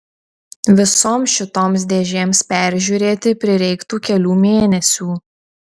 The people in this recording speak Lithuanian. visoms šitoms dėžėms peržiūrėti prireiktų kelių mėnesių